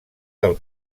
del